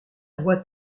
voix